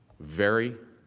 very,